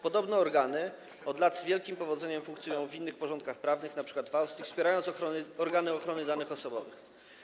Podobne organy od lat z wielkim powodzeniem funkcjonują w innych porządkach prawnych, np. w Austrii, wspierając organy ochrony danych osobowych.